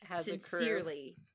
sincerely